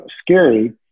scary